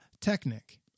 Technic